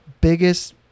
biggest